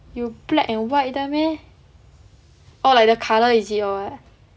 有 black and white 的 meh oh like the colour is it or what